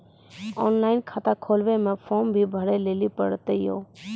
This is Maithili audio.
ऑनलाइन खाता खोलवे मे फोर्म भी भरे लेली पड़त यो?